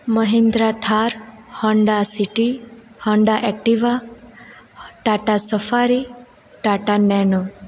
Mahindra Thar Honda City Honda Activa Tata Safari Tata nano